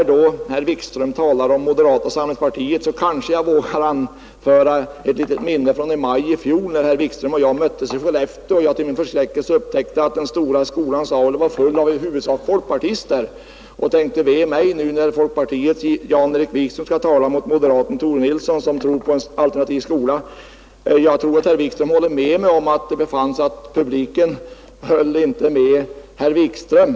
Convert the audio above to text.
Herr Wikström talade om moderata samlingspartiet. Kanske jag vågar anföra ett litet minne från i maj i fjol, när herr Wikström och jag möttes i Skellefteå och jag till min förskräckelse upptäckte att den stora skolans aula var full av i huvudsak folkpartister. Jag tänkte: Ve mig, nu när folkpartiets Jan-Erik Wikström skall tala mot moderaten Tore Nilsson, som tror på en alternativ skola. Jag tror att herr Wikström håller med mig om att det befanns att publiken inte höll med herr Wikström.